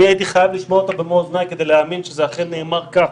אני הייתי חייב לשמוע אותו במו אוזניי כדי להאמין שזה אכן נאמר כך,